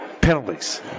penalties